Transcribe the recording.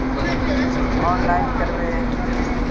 Online करवे?